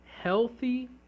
healthy